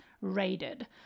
raided